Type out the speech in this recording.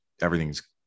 everything's